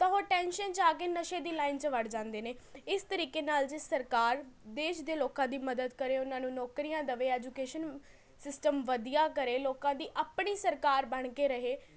ਤਾਂ ਓਹ ਟੈਂਸ਼ਨ 'ਚ ਆ ਕੇ ਨਸ਼ੇ ਦੀ ਲਾਈਨ ਵਿੱਚ ਵੜ ਜਾਂਦੇ ਨੇ ਇਸ ਤਰੀਕੇ ਨਾਲ ਜੇ ਸਰਕਾਰ ਦੇਸ਼ ਦੇ ਲੋਕਾਂ ਦੀ ਮਦਦ ਕਰੇ ਓਹਨਾਂ ਨੂੰ ਨੌਕਰੀਆਂ ਦੇਵੇ ਐਜੂਕੇਸ਼ਨ ਸਿਸਟਮ ਵਧੀਆ ਕਰੇ ਲੋਕਾਂ ਦੀ ਆਪਣੀ ਸਰਕਾਰ ਬਣ ਕੇ ਰਹੇ